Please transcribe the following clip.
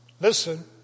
listen